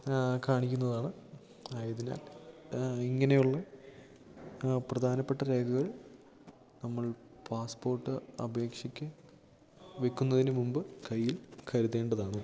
കാണിക്കുന്നതാണ് ആയതിനാൽ ഇങ്ങനെയുള്ള പ്രധാനപ്പെട്ട രേഖകൾ നമ്മൾ പാസ്പോർട്ട് അപേക്ഷക്ക് വെക്കുന്നതിന് മുമ്പ് കയ്യിൽ കരുതേണ്ടതാണ്